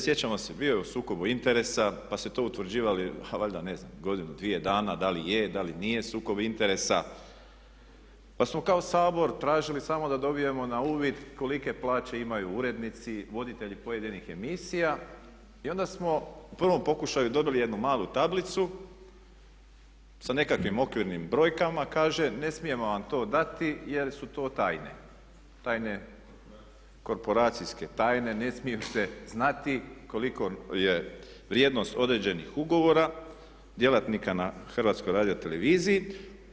Sjećamo se, bio je u sukobu interesa pa su to utvrđali a valjda ne znam godinu, dvije dana, da li je, da li nije sukob interesa pa smo kao Sabor tražili samo da dobijemo na uvid kolike plaće imaju urednici, voditelji pojedinih emisija i onda smo u prvom pokušaju dobili jednu malu tablicu sa nekakvim okvirnim brojkama i kaže ne smijemo vam to dati jer su to tajne, tajne, korporacijske tajne, ne smiju se znati, koliko je vrijednost određenih ugovora, djelatnika na HRT-u.